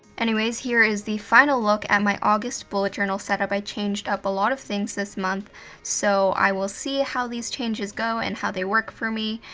anyways, here is the final look at my august bullet journal setup. i changed up a lot of things this month so i will see how these changes go, and how they work for me,